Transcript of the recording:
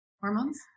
Hormones